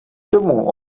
domů